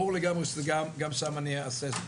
ברור לגמרי שגם שם אני אעשה את זה.